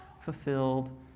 fulfilled